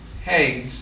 hey